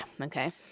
Okay